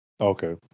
Okay